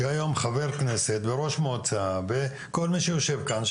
שהיום חבר כנסת וראש מועצה וכל מי שיושב כאן,